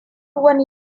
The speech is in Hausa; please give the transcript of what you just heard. wani